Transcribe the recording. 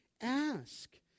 ask